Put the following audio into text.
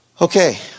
Okay